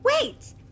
wait